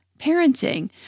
parenting